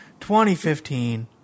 2015